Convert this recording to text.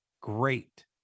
great